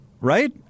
right